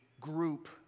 group